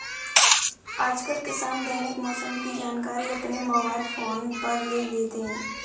आजकल किसान दैनिक मौसम की जानकारी अपने मोबाइल फोन पर ले लेते हैं